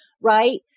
right